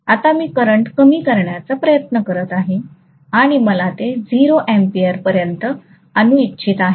आता मी करंट कमी करण्याचा प्रयत्न करीत आहे आणि मला ते 0 अँपिअरमध्ये परत आणू इच्छित आहे